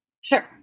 Sure